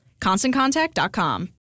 ConstantContact.com